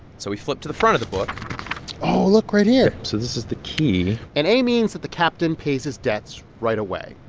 so we flip to the front of the book oh, look right here so this is the key an a means that the captain pays his debts right away.